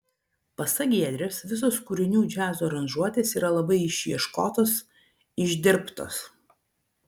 pasak giedrės visos kūrinių džiazo aranžuotės yra labai išieškotos išdirbtos